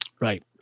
Right